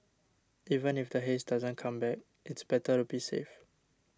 even if the haze doesn't come back it's better to be safe